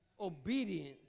obedience